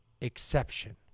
exception